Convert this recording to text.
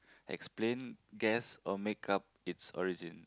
explain guess or make up it's origin